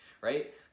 right